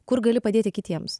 kur gali padėti kitiems